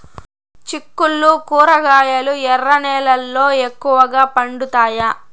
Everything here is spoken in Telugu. చిక్కుళ్లు కూరగాయలు ఎర్ర నేలల్లో ఎక్కువగా పండుతాయా